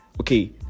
Okay